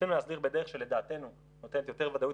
רצינו להסדיר בדרך שלדעתנו נותנת יותר ודאות